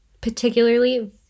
particularly